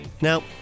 Now